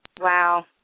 Wow